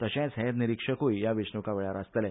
तशेच हेर निरिक्षकुय ह्या वेचणुके वेळार आसतले